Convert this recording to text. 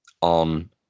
on